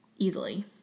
Easily